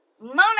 Mona